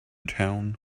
town